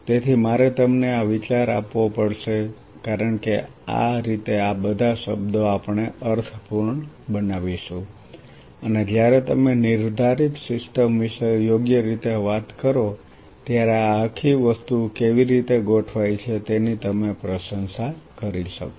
તેથી મારે તમને આ વિચાર આપવો પડશે કારણ કે આ રીતે આ બધા શબ્દો આપણે અર્થપૂર્ણ બનાવીશું અને જ્યારે તમે નિર્ધારિત સિસ્ટમ વિશે યોગ્ય રીતે વાત કરો ત્યારે આ આખી વસ્તુ કેવી રીતે ગોઠવાય છે તેની તમે પ્રશંસા કરી શકશો